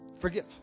forgive